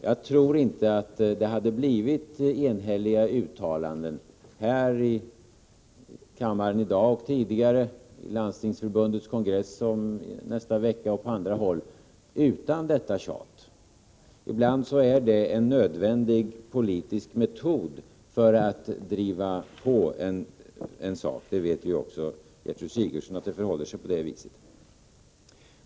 Jag tror inte att det hade blivit enhälliga uttalanden här i kammaren i dag och tidigare, i Landstingsförbundets kongress nästa vecka, och på andra håll, 27 utan detta tjat. Ibland är det en nödvändig politisk metod för att driva på en sak. Och Gertrud Sigurdsen vet ju att det förhåller sig på det viset.